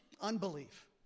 Unbelief